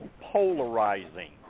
polarizing